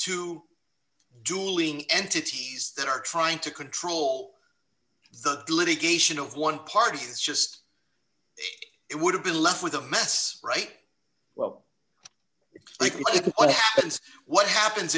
two dueling entities that are trying to control the litigation of one party that's just it would have been left with a mess right well i think what happens